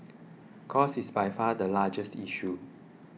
cost is by far the biggest issue